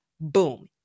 Boom